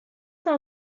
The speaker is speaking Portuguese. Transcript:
são